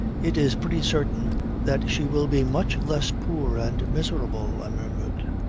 it is pretty certain that she will be much less poor and miserable, i murmured.